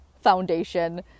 Foundation